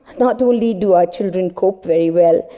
not only do our children cope very well,